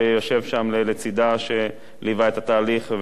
שיושב שם לצדה וליווה את התהליך.